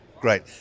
great